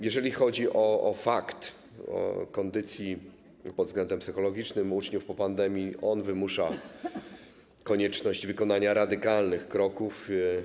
Jeżeli chodzi o fakt kondycji pod względem psychologicznym uczniów po pandemii, on wymusza konieczność wykonania radykalnych kroków.